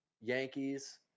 Yankees